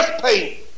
pain